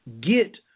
get